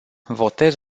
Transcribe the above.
votez